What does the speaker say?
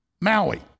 Maui